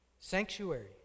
Sanctuary